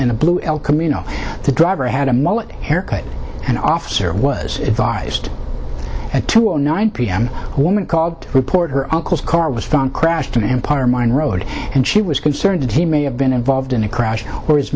in a blue el camino the driver had a mullet haircut and officer was advised at two o nine p m a woman called to report her uncle's car was found crashed in empire mine road and she was concerned that he may have been involved in a crash